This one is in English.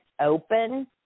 open